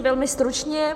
Velmi stručně.